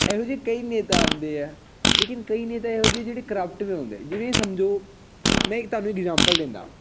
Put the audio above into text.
ਇਹੋ ਜਿਹੇ ਕਈ ਨੇਤਾ ਆਉਂਦੇ ਹੈ ਲੇਕਿਨ ਕਈ ਨੇ ਤਾਂ ਇਹੋ ਜਿਹੇ ਜਿਹੜੇ ਕਰਪਟ ਵੀ ਹੁੰਦੇ ਜਿਵੇਂ ਸਮਝੋ ਮੈਂ ਇੱਕ ਤੁਹਾਨੂੰ ਇਗਜਾਮਪਲ ਦਿੰਦਾ